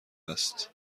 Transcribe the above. است